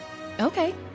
okay